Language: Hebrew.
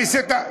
המסיתה.